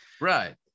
Right